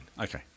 Okay